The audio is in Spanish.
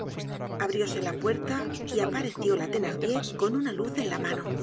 llamó abrióse la puerta y apareció la thenardier con una luz en la mano